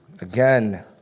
Again